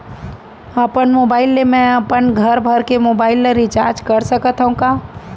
अपन मोबाइल ले मैं अपन घरभर के मोबाइल ला रिचार्ज कर सकत हव का?